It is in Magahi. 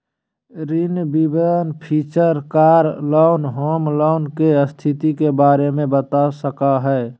ऋण विवरण feature car loan, home loan, के स्थिति के बारे में बता सका हइ